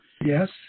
Yes